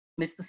Mr